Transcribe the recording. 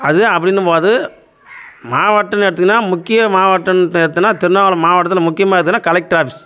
அதுவே அப்படின்னும் போது மாவட்டம்னு எடுத்தீங்கன்னா முக்கிய மாவட்டம்ன்னு எடுத்தீங்கன்னா திருவண்ணாமலை மாவட்டத்தில் முக்கியமானதுனா கலெக்டர் ஆஃபீஸ்